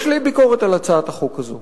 יש לי ביקורת על הצעת החוק הזו.